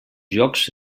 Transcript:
llocs